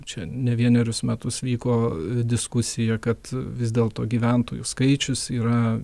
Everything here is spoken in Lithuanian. čia ne vienerius metus vyko diskusija kad vis dėlto gyventojų skaičius yra